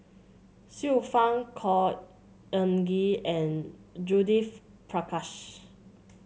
Xiu Fang Khor Ean Ghee and Judith Prakash